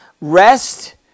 rest